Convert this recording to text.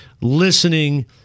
listening